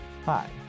Hi